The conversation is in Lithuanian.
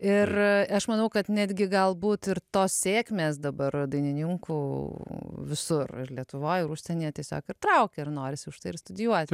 ir aš manau kad netgi galbūt ir tos sėkmės dabar dainininkų visur ir lietuvoj ir užsienyje tiesiog ir traukia ir norisi už tai ir studijuoti